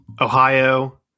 Ohio